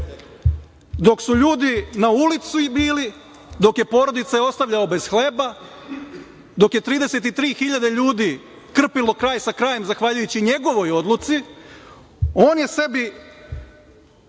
su ljudi na ulici bili, dok je porodice ostavljao bez hleba, dok je 33.000 ljudi krpilo kraj sa krajem zahvaljujući njegovoj odluci, on je sebi